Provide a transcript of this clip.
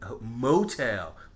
motel